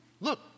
look